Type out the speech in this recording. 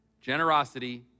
Generosity